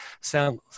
sound